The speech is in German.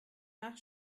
nach